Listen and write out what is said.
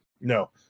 no